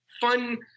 fun